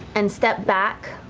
and step back.